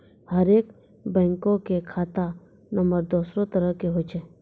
हरेक बैंको के खाता नम्बर दोसरो तरह के होय छै